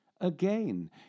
Again